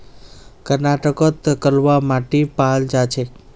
कर्नाटकत कलवा माटी पाल जा छेक